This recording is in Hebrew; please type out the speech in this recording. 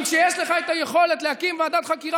אם כשיש לך את היכולת להקים ועדת חקירה